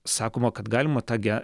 sakoma kad galima tą ge